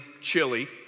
chili